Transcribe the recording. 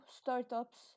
startups